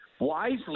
wisely